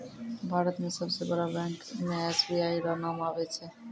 भारत मे सबसे बड़ो बैंक मे एस.बी.आई रो नाम आबै छै